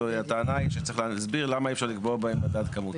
הטענה היא שצריך להסביר למה אי אפשר לקבוע בהם מדד כמותי.